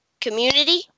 Community